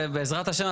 בעזרת השם,